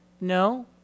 No